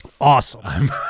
Awesome